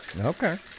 Okay